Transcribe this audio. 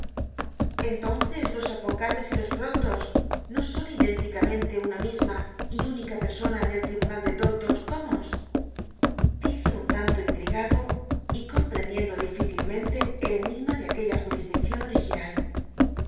entonces los advocales tbogados y los roclors procuradores no son idénticamente una misma y única persona en el tribunal de doctos comos dije un tanto inlligado y comprendiendo difícilmente el erugma de aquella judsdiccion ol'iginnl